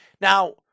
Now